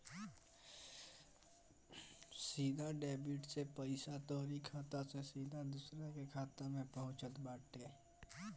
सीधा डेबिट से पईसा तोहरी खाता से सीधा दूसरा के खाता में पहुँचत बाटे